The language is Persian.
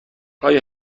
آیا